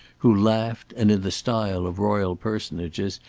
who laughed and, in the style of royal personages,